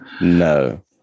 No